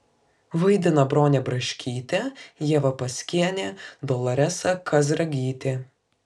vaidina bronė braškytė ieva paskienė doloresa kazragytė